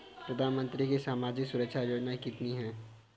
प्रधानमंत्री की सामाजिक सुरक्षा योजनाएँ कितनी हैं?